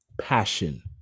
passion